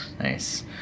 Nice